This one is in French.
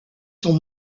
sont